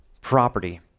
property